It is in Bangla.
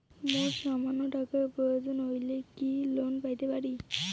মোর সামান্য টাকার প্রয়োজন হইলে কি লোন পাইতে পারি?